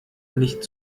nicht